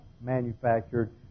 manufactured